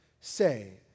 say